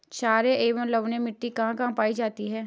छारीय एवं लवणीय मिट्टी कहां कहां पायी जाती है?